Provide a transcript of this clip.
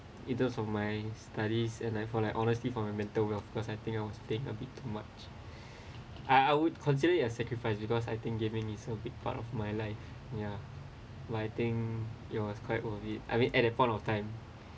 in terms of my studies and for like honestly for my mental well because I think I was playing a bit too much I I would considerit as sacrifice because I think gaming is a big part of my life ya but I think it's quite worth it I mean at that point of time